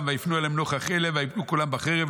ויפנו אלה נוכח אלה וייפלו כולם בחרב".